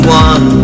one